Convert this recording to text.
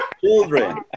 Children